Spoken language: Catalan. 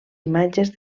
imatges